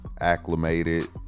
acclimated